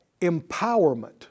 empowerment